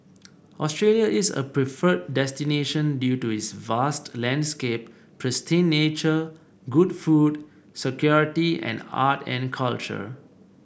Australia is a preferred destination due to its vast landscape pristine nature good food security and art and culture